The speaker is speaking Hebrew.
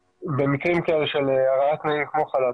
במקרים כאלה של הרעת תנאים כמו חל"ת,